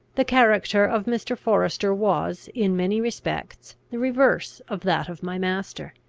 the character of mr. forester was, in many respects, the reverse of that of my master.